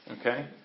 Okay